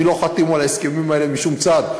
אני לא חתום על ההסכמים האלה משום צד,